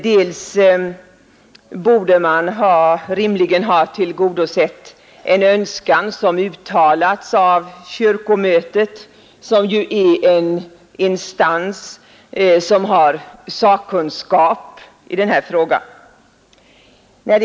Man borde rimligen ha tillgodosett en önskan som uttalats av kyrkomötet, som ju är en instans med sakkunskap i den här frågan.